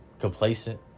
complacent